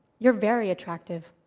you're very attractive.